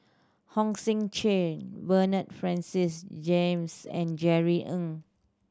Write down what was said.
Hong Sek Chern Bernard Francis James and Jerry Ng